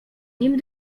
nim